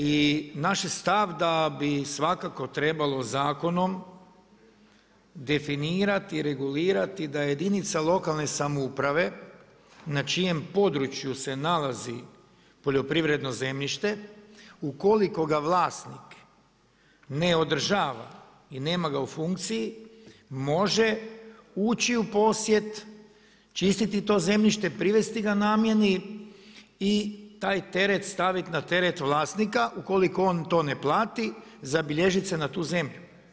I naš je stav da bi svakako trebalo zakonom, definirati i regulirati da jedinica lokalne samouprave na čijem području se nalazi poljoprivredno zemljište, ukoliko ga vlasnik ne održava i nema ga u funkciji, može uči u posjed, čistiti to zemljište, privesti ga namjeni i taj teret staviti na teret vlasnika, ukoliko on to ne plati, zabilježiti se na tu zemlju.